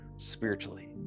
Spiritually